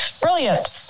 Brilliant